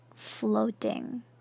floating